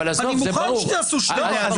אני מוכן שיעשו שני נהלים.